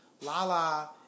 Lala